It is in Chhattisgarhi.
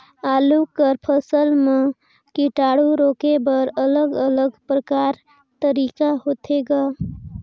आलू कर फसल म कीटाणु रोके बर अलग अलग प्रकार तरीका होथे ग?